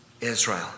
Israel